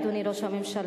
אדוני ראש הממשלה,